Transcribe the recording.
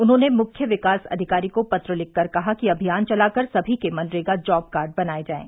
उन्होंने मुख्य विकास अधिकारी को पत्र लिखकर कहा कि अभियान चलाकर सभी के मनरेगा जॉब कार्ड बनाए जाएं